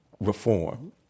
reform